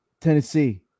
Tennessee